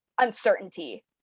uncertainty